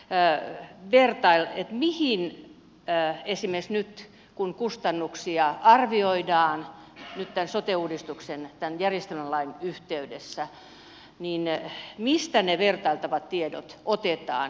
näin berta ei mihin että esimies nyt kun kustannuksia arvioidaan tämän sote uudistuksen tämän järjestämislain yhteydessä niin mistä ne vertailtavat tiedot otetaan